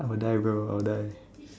I will die bro I will die